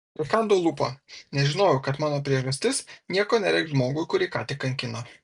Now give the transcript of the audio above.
prikandau lūpą nes žinojau kad mano priežastis nieko nereikš žmogui kurį ką tik kankino